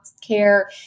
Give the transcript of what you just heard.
care